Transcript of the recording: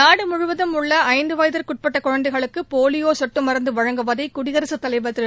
நாடு முழுவதும் உள்ள ஐந்து வயதுக்குட்பட்ட குழந்தைகளுக்கு போலியோ சொட்டு மருந்து வழங்குவதை குடியரசுத் தலைவர் திரு